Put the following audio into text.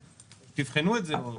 תבחנו את זה.